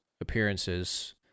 appearances